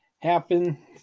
happen